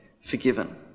forgiven